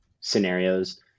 scenarios